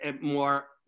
more